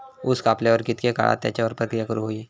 ऊस कापल्यार कितके काळात त्याच्यार प्रक्रिया करू होई?